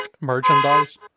merchandise